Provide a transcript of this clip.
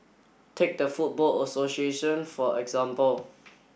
take the football association for example